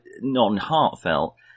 non-heartfelt